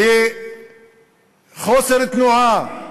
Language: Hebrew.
לחוסר תנועה,